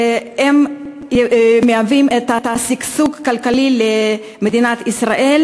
מביאים את השגשוג הכלכלי למדינת ישראל